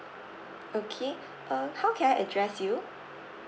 okay uh how can I address you